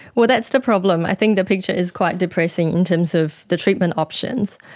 well, that's the problem. i think the picture is quite depressing in terms of the treatment options.